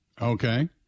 Okay